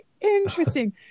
Interesting